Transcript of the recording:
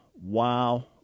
wow